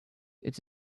it’s